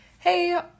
hey